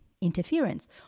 interference